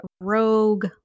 rogue